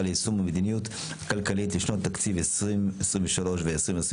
ליישום המדיניות הכלכלית לשנות התקציב 2023 ו-2024),